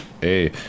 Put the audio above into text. Hey